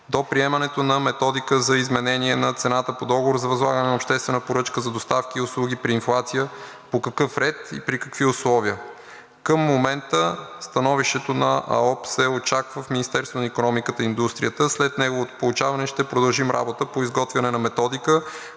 до приемането на Методика за изменение на цената по договора за възлагане на обществена поръчка за доставка и услуги при инфлация, по какъв ред и при какви условия. Към момента становището на АОП се очаква в Министерството на икономиката и индустрията. След неговото получаване ще продължим работа по изготвяне на методика,